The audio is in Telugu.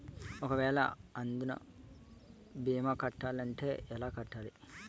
ఒక వేల అందునా భీమా కట్టాలి అంటే ఎలా కట్టాలి?